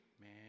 man